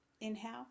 inhale